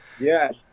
Yes